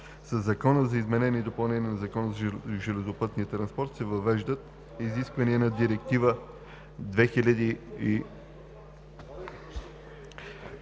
Със Закона за изменение и допълнение на Закона за железопътния транспорт се въвеждат изискванията на Директива (ЕС)